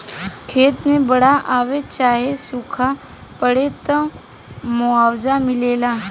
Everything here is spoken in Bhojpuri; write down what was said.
खेत मे बाड़ आवे चाहे सूखा पड़े, त मुआवजा मिलेला